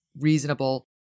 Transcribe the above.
reasonable